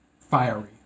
fiery